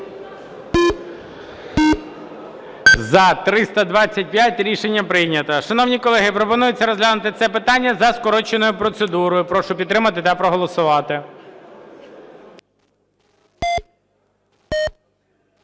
За-325 Рішення прийнято. Шановні колеги, пропонується розглянути це питання за скороченою процедурою. Прошу підтримати та проголосувати.